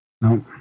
No